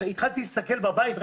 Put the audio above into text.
התחלתי להסתכל בבית,